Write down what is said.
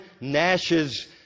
Nash's